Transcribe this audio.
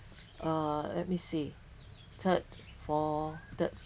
uh let me see third for third